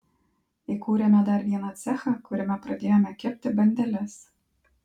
įkūrėme dar vieną cechą kuriame pradėjome kepti bandeles